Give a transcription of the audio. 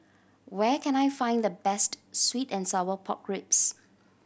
where can I find the best sweet and sour pork ribs